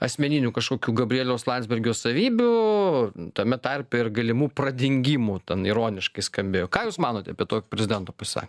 asmeninių kažkokių gabrieliaus landsbergio savybių tame tarpe ir galimų pradingimų ten ironiškai skambėjo ką jūs manote apie tokį prezidento pasisakymą